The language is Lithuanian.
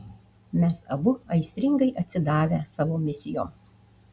mes abu aistringai atsidavę savo misijoms